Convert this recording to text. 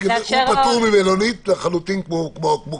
הזה פטור ממלונית לחלוטין כמו קודם.